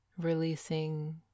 releasing